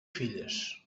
filles